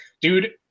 dude